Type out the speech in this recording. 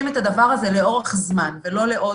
את הדבר הזה לאורך זמן ולא לעוד שבוע-שבועיים.